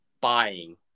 buying